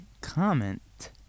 comment